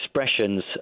expressions